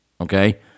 okay